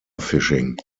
fishing